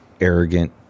arrogant